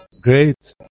great